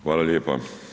Hvala lijepa.